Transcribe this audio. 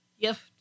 gift